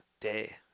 day